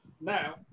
now